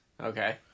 Okay